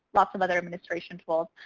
lots of other administration tools.